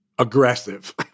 aggressive